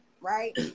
right